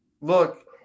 Look